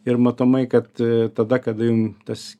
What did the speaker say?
ir matomai kad tada kada jum tas